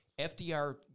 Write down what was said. FDR